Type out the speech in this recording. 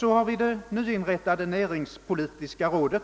Vi har vidare det nyinrättade näringspolitiska rådet,